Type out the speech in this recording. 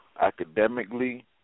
academically